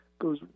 goes